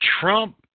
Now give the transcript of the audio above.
Trump